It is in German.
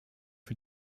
für